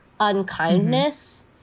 Unkindness